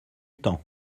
temps